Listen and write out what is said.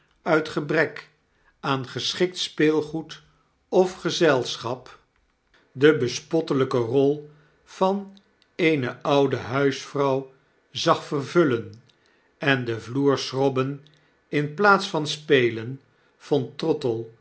uit gebrek aan geschikt speelgoed of gezelschap de bespottelijke rol van eene oude huisvrouw zag vervullen en den vloer schrobben inplaatsvan spelen vond